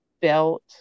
built